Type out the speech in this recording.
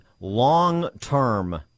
long-term